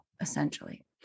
essentially